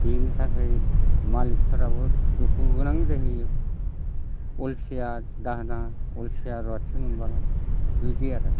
बिनि थाखाय मालिकफोराबो दुखुगोनां जाहैयो अलसिया दाहोना अलसिया रुवाथि मोनबोला बिदि आरो